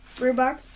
rhubarb